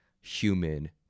human